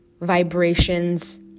vibrations